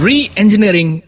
Re-Engineering